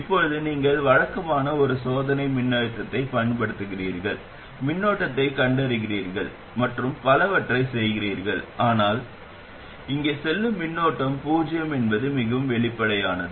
இப்போது நீங்கள் வழக்கமாக ஒரு சோதனை மின்னழுத்தத்தைப் பயன்படுத்துகிறீர்கள் மின்னோட்டத்தைக் கண்டறிகிறீர்கள் மற்றும் பலவற்றைச் செய்கிறீர்கள் ஆனால் இங்கே செல்லும் மின்னோட்டம் பூஜ்ஜியம் என்பது மிகவும் வெளிப்படையானது